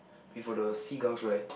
before the seagulls right